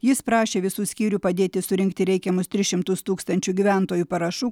jis prašė visų skyrių padėti surinkti reikiamus tris šimtus tūkstančių gyventojų parašų